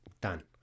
done